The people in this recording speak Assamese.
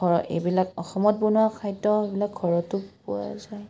এইবিলাক অসমত বনোৱা খাদ্য এইবিলাক ঘৰতো পোৱা যায়